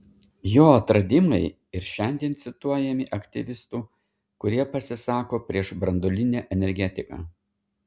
jo atradimai ir šiandien cituojami aktyvistų kurie pasisako prieš branduolinę energetiką